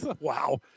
Wow